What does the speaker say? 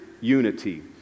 unity